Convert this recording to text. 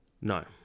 No